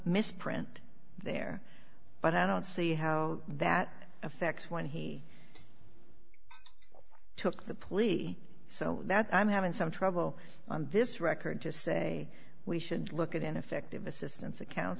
misprint there but i don't see how that affects when he took the police so that i'm having some trouble on this record to say we should look at ineffective assistance of coun